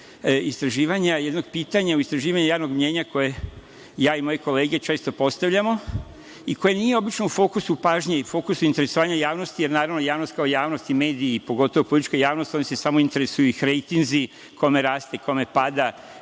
istraživanja jednog pitanja u istraživanju javnog mnjenja, koje ja i moje kolege često postavljamo i koje nije obično u fokusu pažnje i fokusu interesovanja javnosti jer, naravno, javnost kao javnost, i mediji, pogotovo politička javnost, njih samo interesuju rejtinzi, kome raste, kome pada,